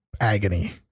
agony